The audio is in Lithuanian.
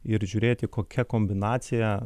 ir žiūrėti kokia kombinacija